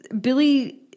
Billy